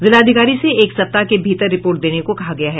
जिलाधिकारी से एक सप्ताह के भीतर रिपोर्ट देने को कहा गया है